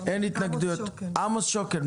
עמוס שוקן,